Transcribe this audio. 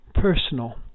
personal